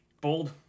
Bold